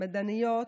מדעניות,